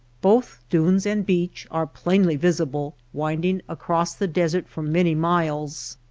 both dunes and beach are plainly visible winding across the desert for many miles.